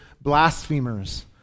blasphemers